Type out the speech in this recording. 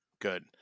Good